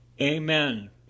amen